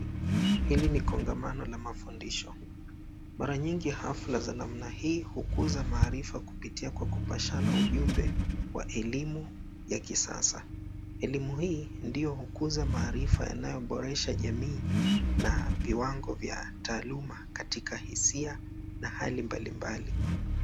Hili ni kongamano la mafundisho. Mara nyingi hafla za namna hii hukuza maarifa kwa kupitia kupashana ujumbe wa elimu ya kisasa. Elimu hii ndio hukuza maarifa yanayoboresha jamii na viwango vya taaluma katika hisia na hali mbalimbali.